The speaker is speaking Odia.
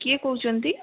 କିଏ କହୁଛନ୍ତି